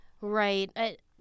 Right